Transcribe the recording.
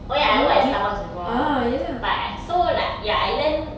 oh ya I work at Starbucks before but I so like ya I learn